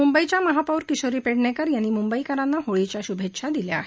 मंबईच्या महापौर किशोरी पेडणेकर यांनी मंबईकरांना होळीच्या श्भेच्छा दिल्या आहेत